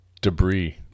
Debris